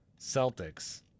Celtics